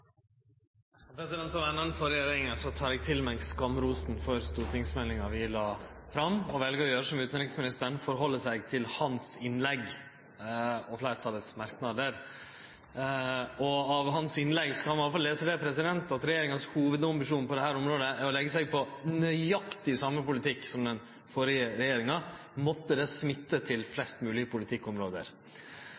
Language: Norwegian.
eg til meg skamrosen for stortingsmeldinga vi la fram, og eg vel å gjere som utanriksministeren: halde meg til hans innlegg og fleirtalets merknader. Av hans innlegg kan ein i alle fall lese at regjeringas hovudambisjon på dette området er å leggje seg på nøyaktig den same politikken som den førre regjeringa førte. Måtte det smitte til